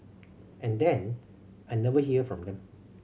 and then I never hear from them